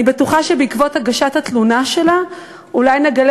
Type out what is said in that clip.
אני בטוחה שבעקבות הגשת התלונה שלה נגלה